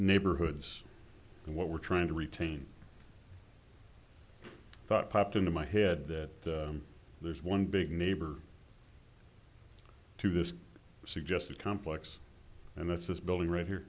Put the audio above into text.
neighborhoods and what we're trying to retain i thought popped into my head that there's one big neighbor to this suggested complex and that's this building right here